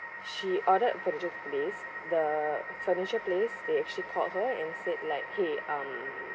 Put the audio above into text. she ordered furniture place the furniture place they actually called her and said like !hey! um